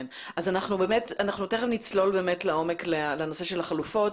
אנחנו תכף נצלול לעומק לנושא החלופות.